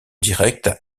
directe